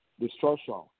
destruction